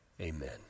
Amen